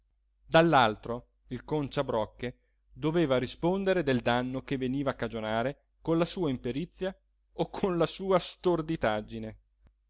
dall'altro il conciabrocche doveva rispondere del danno che veniva a cagionare con la sua imperizia o con la sua storditaggine